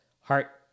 Heart